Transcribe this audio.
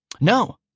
No